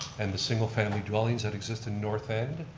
and the single family dwellings that exist in north end.